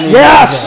yes